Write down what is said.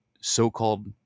so-called